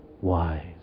wise